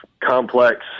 complex